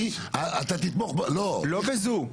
לא בזו.